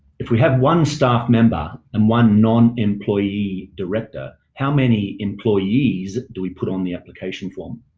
if we had one staff member and one non-employee director, how many employees do we put on the application form?